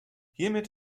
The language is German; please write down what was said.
hiermit